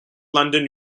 london